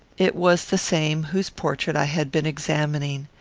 it was the same whose portrait i had been examining.